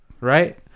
Right